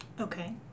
Okay